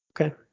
Okay